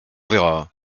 verra